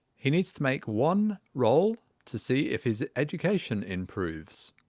he needs to make one roll to see if his education improves.